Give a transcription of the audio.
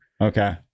Okay